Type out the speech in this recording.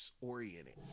oriented